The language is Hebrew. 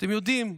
אתם יודעים,